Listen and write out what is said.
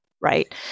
right